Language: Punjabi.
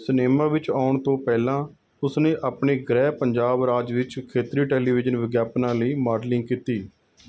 ਸਿਨੇਮਾ ਵਿੱਚ ਆਉਣ ਤੋਂ ਪਹਿਲਾਂ ਉਸਨੇ ਆਪਣੇ ਗ੍ਰਹਿ ਪੰਜਾਬ ਰਾਜ ਵਿੱਚ ਖੇਤਰੀ ਟੈਲੀਵਿਜ਼ਨ ਵਿਗਿਆਪਨਾਂ ਲਈ ਮਾਡਲਿੰਗ ਕੀਤੀ